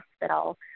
hospital